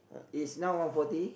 is now one forty